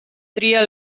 tria